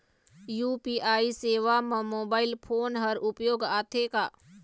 UPI सेवा म mobile phone हर उपयोग आथे का?